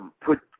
put